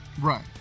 Right